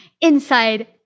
inside